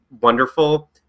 wonderful